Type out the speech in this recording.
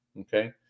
okay